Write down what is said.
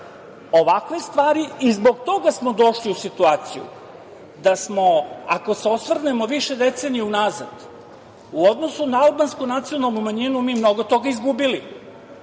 ovakve stvari iznenade. Zbog toga smo došli u situaciju da smo, ako se osvrnemo više decenija unazad, u odnosu na albansku nacionalnu manjinu mi smo mnogo toga izgubili.